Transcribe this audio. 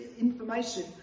information